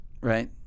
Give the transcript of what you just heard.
right